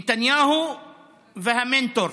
נתניהו והמנטור